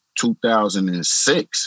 2006